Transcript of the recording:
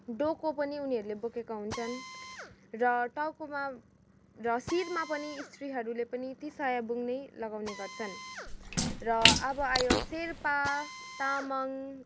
डोको पनि उनिहरूले पनि बोकेको हुन्छन् र टाउकोमा र शिरमा पनि सत्रीहरूले पनि ति सायाबुङ नै लगाउने गर्छन र अब आयो शेर्पा तामाङ